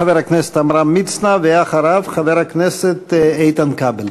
חבר הכנסת עמרם מצנע, ואחריו, חבר הכנסת איתן כבל.